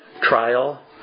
trial